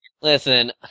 Listen